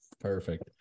Perfect